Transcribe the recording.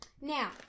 now